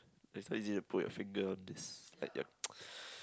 it's not easy to put your finger on this uh yup